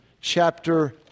chapter